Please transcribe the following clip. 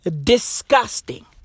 Disgusting